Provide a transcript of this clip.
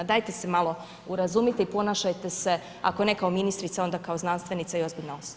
Dajte se malo urazumite i ponašajte se ako ne kao ministrica onda kao znanstvenica i ozbiljna osoba.